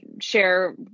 share